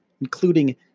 including